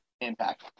Impact